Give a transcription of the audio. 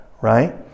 right